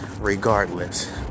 regardless